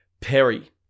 Perry